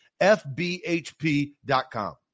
FBHP.com